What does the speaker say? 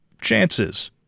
chances